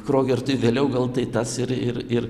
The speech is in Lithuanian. krogertui vėliau gal tai tas ir ir ir